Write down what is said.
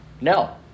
No